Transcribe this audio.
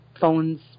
phones